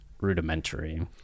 rudimentary